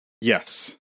Yes